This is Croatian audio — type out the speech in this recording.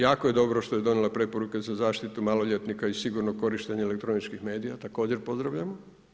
Jako je dobro što je donijela preporuke za zaštitu maloljetnika i sigurno korištenje elektroničkih medija, također pozdravljam.